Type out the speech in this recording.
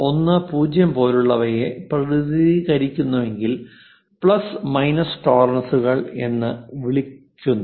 10 പോലുള്ളവയെ പ്രതിനിധീകരിക്കുന്നുവെങ്കിൽ plus minus ടോളറൻസുകൾ എന്ന് വിളിക്കുന്നു